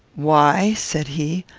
why, said he,